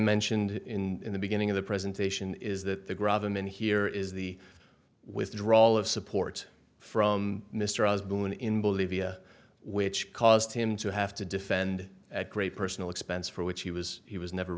mentioned in the beginning of the presentation is that the grab them in here is the withdrawal of support from mr osborne in bolivia which caused him to have to defend at great personal expense for which he was he was never